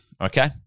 okay